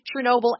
Chernobyl